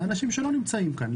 אלה אנשים שלא נמצאים כאן.